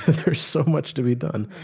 there's so much to be done.